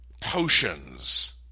potions